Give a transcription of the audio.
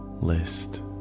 list